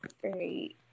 great